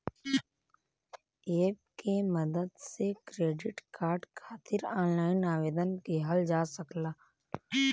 app के मदद से क्रेडिट कार्ड खातिर ऑनलाइन आवेदन किहल जा सकला